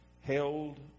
held